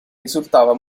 risultava